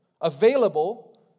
available